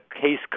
case